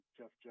Jeff